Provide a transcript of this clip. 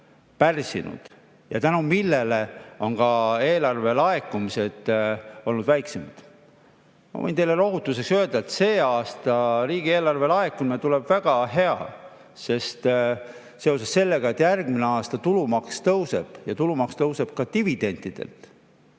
ja mille tõttu on ka eelarvelaekumised olnud väiksemad. Ma võin teile lohutuseks öelda, et selle aasta riigieelarve laekumine tuleb väga hea seoses sellega, et järgmisel aastal tulumaks tõuseb ja tulumaks tõuseb ka dividendide